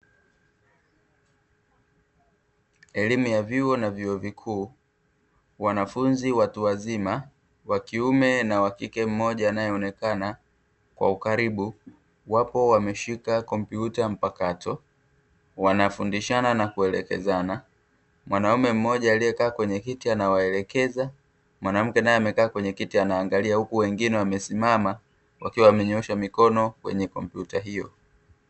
Elimu ya vyuo na vyuo vikuu, wanafunzi watu wazima wa kiume na wa kike mmoja anayeonekana kwa ukaribu. Wapo wameshika kompyuta mpakato wanafundishana na kuelekezana. Mwanaume mmoja aliyekaa kwenye kiti anawaelekeza, mwanamke naye amekaa kwenye anaangalia. Huku wengine wamesimama wakiwa wamenyoosha mikono katika kompyuta hiyo.